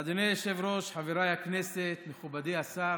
אדוני היושב-ראש, חברי הכנסת, מכובדי השר,